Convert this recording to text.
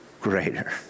greater